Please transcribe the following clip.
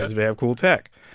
does it have cool tech?